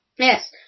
Yes